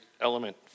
Element